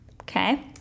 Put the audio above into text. Okay